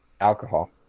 alcohol